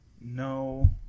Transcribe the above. No